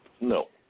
No